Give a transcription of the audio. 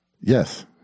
Yes